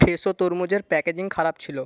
Fresho তরমুজের packaging খারাপ ছিল